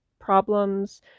problems